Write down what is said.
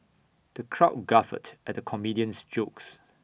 the crowd guffawed at the comedian's jokes